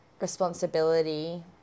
responsibility